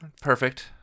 perfect